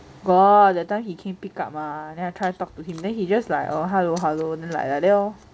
got that time he came pick up mah then I try talk to him then he just like oh hello hello then like like that lor